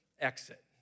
exit